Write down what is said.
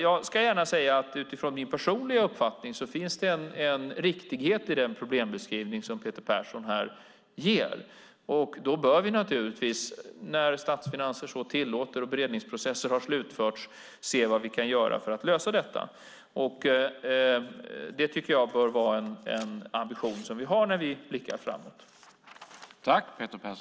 Jag ska gärna säga att det utifrån min personliga uppfattning finns en riktighet i den problembeskrivning som Peter Persson ger här. Då bör vi naturligtvis, när statsfinanserna så tillåter och när beredningsprocesserna har slutförts, se vad vi kan göra för att lösa detta. Det tycker jag bör vara en ambition som vi har när vi blickar framåt.